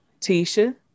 Tisha